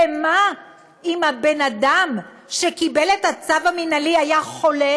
ומה אם הבן-אדם שקיבל את הצו המינהלי היה חולה